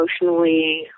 emotionally